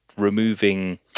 removing